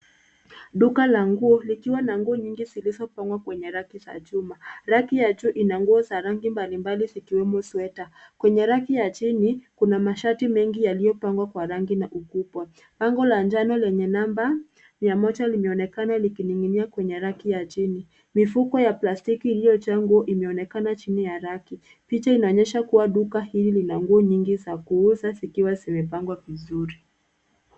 Duka la nguo, likiwa na nguo nyingi zilizopangwa kwenye raki za chuma. Raki ya juu ina nguo za rangi mbalimbali zikiwemo sweta. Kwenye raki ya chini, kuna mashati mengi yaliyopangwa kwa rangi na ukubwa. Bango la njano lenye namba mia moja limeonekana likining'inia kwenye raki ya chini. Mifuko ya plastiki iliyojengwa imeonekana chini ya raki. Picha inaonyesha kuwa duka hili lina nguo nyingi za kuuza zikiwa zimepangwa vizuri.